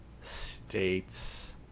states